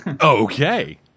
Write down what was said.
Okay